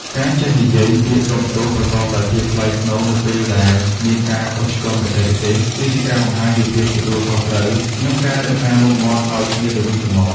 ការចេះនិយាយពាក្យ "សុំទោស" ប្រកបដោយភាពថ្លៃថ្នូរនៅពេលដែលមានការខុសឆ្គងបច្ចេកទេស គឺជាការបង្ហាញពីភាពទទួលខុសត្រូវ និងការរក្សាមុខមាត់ឱ្យគ្នាទៅវិញទៅមក។